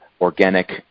organic